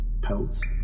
pelts